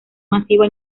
masiva